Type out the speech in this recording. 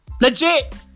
Legit